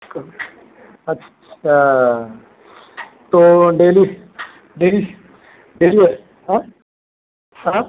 कहाँ अच्छा तो डेली डेली डेली हाँ